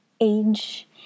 age